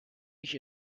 nicht